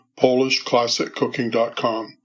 PolishClassicCooking.com